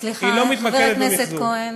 סליחה, חבר הכנסת כהן.